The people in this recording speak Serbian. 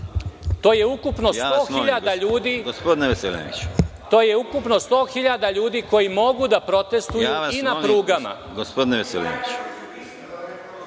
To je ukupno 100.000 ljudi koji mogu da protestuju i na prugama.